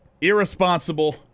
irresponsible